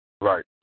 right